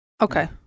Okay